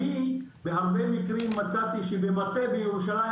אני בהרבה מקרים מצאתי שבמטה בירושלים,